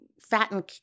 fatten